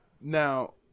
Now